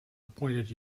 appointed